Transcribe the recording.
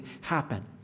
happen